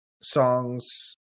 songs